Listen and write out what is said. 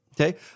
Okay